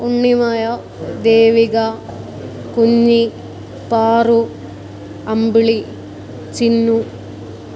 Unnimaya Devika Kunji Paru Ambili Chinnu